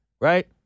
right